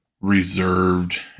reserved